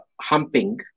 humping